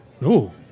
No